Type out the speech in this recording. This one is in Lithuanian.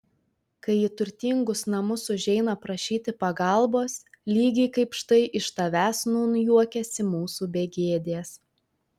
kai į turtingus namus užeina prašyti pagalbos lygiai kaip štai iš tavęs nūn juokiasi mūsų begėdės